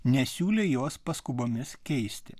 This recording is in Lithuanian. nesiūlė jos paskubomis keisti